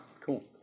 Cool